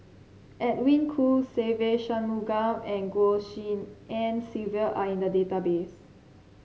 Edwin Koo Se Ve Shanmugam and Goh Tshin En Sylvia are in the database